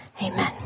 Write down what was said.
Amen